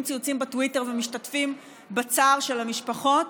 ציוצים בטוויטר ומשתתפים בצער של המשפחות,